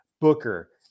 Booker